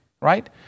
right